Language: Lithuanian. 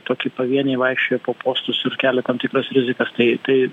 tokie pavieniai vaikščioja po postus ir kelia tam tikras rizikas tai tai